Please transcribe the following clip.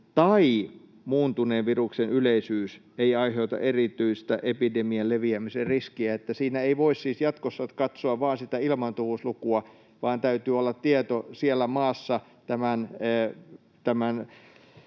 tai muuntuneen viruksen yleisyys ei aiheuta erityistä epidemian leviämisen riskiä”. Siinä ei voi siis jatkossa katsoa vain sitä ilmaantuvuuslukua, vaan täytyy olla tieto siellä maassa tämän